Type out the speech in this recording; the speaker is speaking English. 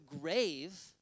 grave